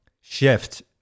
shift